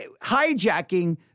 hijacking